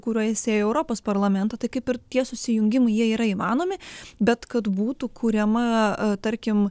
kuriuo jis ėjo į europos parlamentą tai kaip ir tie susijungimai jie yra įmanomi bet kad būtų kuriama tarkim